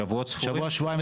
שבוע-שבועיים.